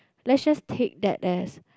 let's just take that as